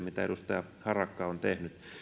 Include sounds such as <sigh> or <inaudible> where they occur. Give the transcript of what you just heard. <unintelligible> mitä edustaja harakka on tehnyt